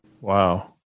Wow